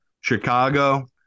Chicago